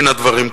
מן הדברים.